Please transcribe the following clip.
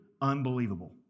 unbelievable